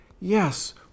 yes